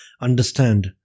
understand